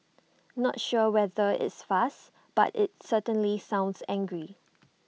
not sure whether it's fast but IT certainly sounds angry